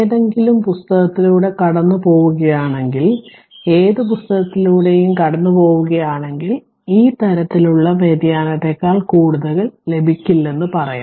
ഏതെങ്കിലും പുസ്തകത്തിലൂടെ കടന്നുപോവുകയാണെങ്കിൽ ഏത് പുസ്തകത്തിലൂടെയും കടന്നുപോകുകയാണെങ്കിൽ ഈ തരത്തിലുള്ള വ്യതിയാനത്തേക്കാൾ കൂടുതൽ ലഭിക്കില്ലെന്ന് പറയും